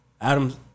Adam